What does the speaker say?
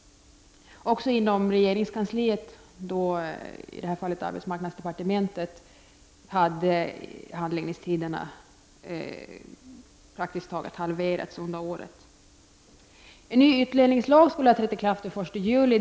Också inom regeringskansliet — i det här fallet arbetsmarknadsdepartementet — hade handläggningstiderna praktiskt taget halverats under året. En ny utlänningslag skulle ha trätt i kraft den 1 juli.